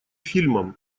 фильмом